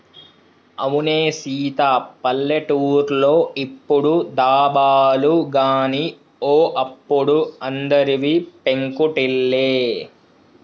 అవునే సీత పల్లెటూర్లో ఇప్పుడు దాబాలు గాని ఓ అప్పుడు అందరివి పెంకుటిల్లే